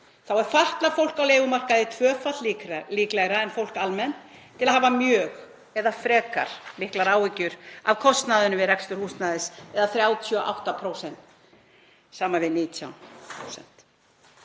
Þá er fatlað fólk á leigumarkaði tvöfalt líklegra en fólk almennt til að hafa mjög eða frekar miklar áhyggjur af kostnaðinum við rekstur húsnæðis, eða 38% samanborið við 19%.“